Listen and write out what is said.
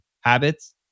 habits